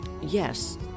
Yes